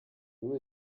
who